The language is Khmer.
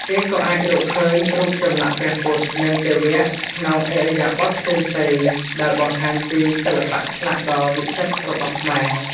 គេក៏អាចរកឃើញ រូបចម្លាក់ព្រះពុទ្ធ និងទេវៈ ក្នុងឥរិយាបថផ្សេងៗ ដែលបង្ហាញពីសិល្បៈឆ្លាក់ដ៏វិចិត្ររបស់ខ្មែរ។